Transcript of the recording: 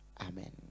Amen